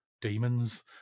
Demons